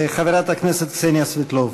חברת הכנסת קסניה סבטלובה.